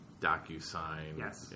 DocuSign